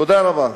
תודה רבה.